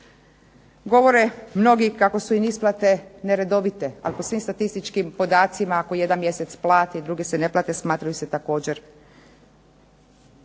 Govore mnogi kako su im isplate neredovite a po svim statističkim podacima ako jedan mjesec plati drugi se ne plati smatraju se također